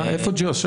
איפה ג'וש?